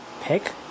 pick